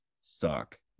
suck